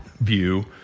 view